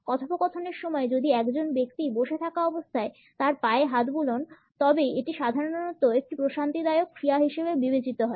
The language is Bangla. কথোপকথনের সময় যদি একজন ব্যক্তি বসে থাকা অবস্থায় তার পায়ে হাত বুলোন তবে এটি সাধারণত একটি প্রশান্তিদায়ক ক্রিয়া হিসাবে বিবেচিত হয়